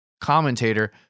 commentator